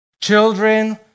children